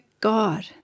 God